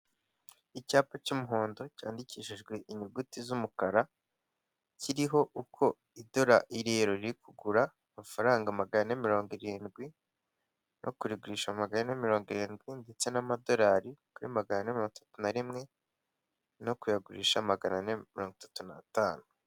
Icyapa cy'umuhondo cyandikishijwe inyuguti z'umukara, kiriho uko iyero riri kugura, amafaranga magana ane mirongo irindwi, no kurigurisha magana ane mirongo irindwi ndetse n'amadorari, kuri magana ane mirongo itatu na rimwe, no kuyagurisha magana ane mirongo itatu n'atanu.